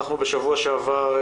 אנחנו בשבוע שעבר,